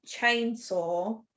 Chainsaw